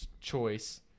choice